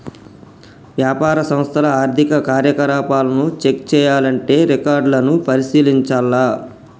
వ్యాపార సంస్థల ఆర్థిక కార్యకలాపాలను చెక్ చేయాల్లంటే రికార్డులను పరిశీలించాల్ల